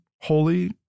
holy